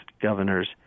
governors